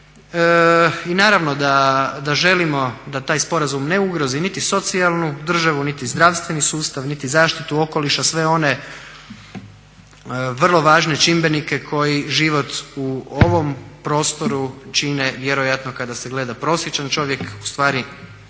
Naravno da želimo da taj sporazum ne ugrozi niti socijalnu državu niti zdravstveni sustav niti zaštitu okoliša, sve one vrlo važne čimbenike koji život u ovom prostoru čine vjerojatno kada se gleda prosječan čovjek, ustvari to